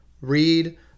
Read